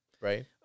Right